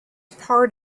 part